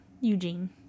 Eugene